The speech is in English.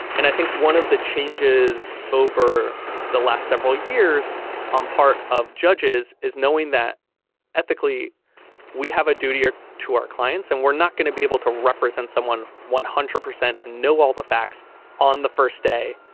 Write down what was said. and i think one of the changes over the last several years on part of judges is knowing that ethically we have a duty or to our clients and we're not going to be able to represent someone one hundred percent and know all the facts on the first day.